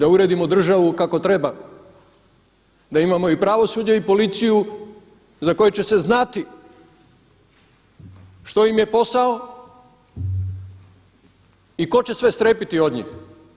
I da uredimo državu kako treba, da imamo i pravosuđe i policiju za koje će se znati što im je posao i tko će sve strepiti od njih.